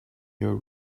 your